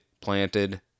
planted